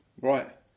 Right